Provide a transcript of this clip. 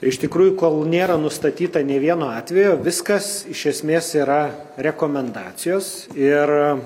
iš tikrųjų kol nėra nustatyta nei vieno atvejo viskas iš esmės yra rekomendacijos ir